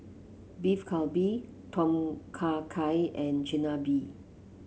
Beef Galbi Tom Kha Gai and Chigenabe